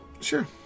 sure